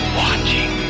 watching